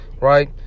right